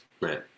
Right